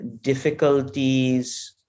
difficulties